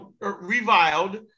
reviled